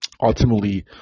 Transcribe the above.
ultimately